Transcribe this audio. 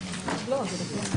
נעולה.